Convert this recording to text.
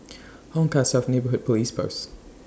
Hong Kah South Neighbourhood Police Post